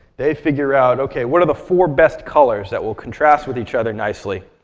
they figure out, ok, what are the four best colors that will contrast with each other nicely,